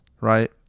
right